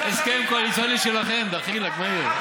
הסכם קואליציוני שלכם, דחילק, מה יהיה?